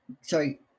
Sorry